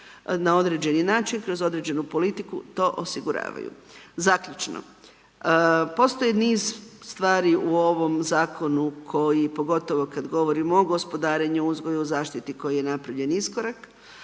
na određeni način kroz određenu politiku to osiguravaju. Zaključno, postoji niz stvari u ovom Zakonu koji, pogotovo kad govorimo o gospodarenju, uzgoju, zaštiti, koji je napravljen iskorak,